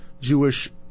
Jewish